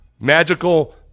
magical